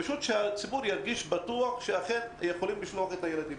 כדי שהציבור ירגיש בטוח שאפשר לשלוח את הילדים.